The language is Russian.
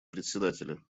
председателя